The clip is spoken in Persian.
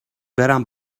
برم